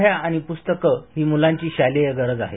वह्या आणि पुस्तके ही मुलांची शालेय गरज आहे